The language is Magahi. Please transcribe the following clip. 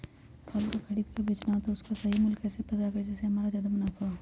फल का खरीद का बेचना हो तो उसका सही मूल्य कैसे पता करें जिससे हमारा ज्याद मुनाफा हो?